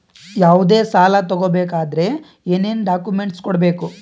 ಯಾವುದೇ ಸಾಲ ತಗೊ ಬೇಕಾದ್ರೆ ಏನೇನ್ ಡಾಕ್ಯೂಮೆಂಟ್ಸ್ ಕೊಡಬೇಕು?